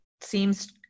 seems